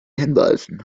hinweisen